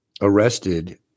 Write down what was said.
arrested